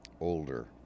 Older